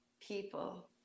people